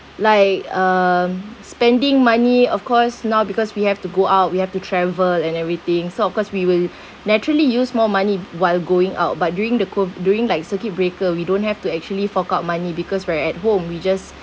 like um spending money of course now because we have to go out we have to travel and everything so of course we will naturally use more money while going out but during the COV~ during like circuit breaker we don't have to actually fork out money because we're at home we just